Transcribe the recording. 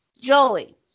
Jolie